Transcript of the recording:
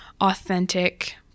authentic